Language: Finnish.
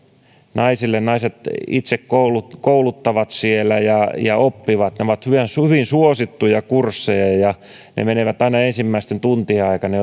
naisille naiset itse kouluttavat kouluttavat siellä ja ja oppivat ne ovat hyvin suosittuja kursseja ja ja ne menevät aina jo ensimmäisten tuntien aikana